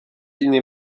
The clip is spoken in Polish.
inni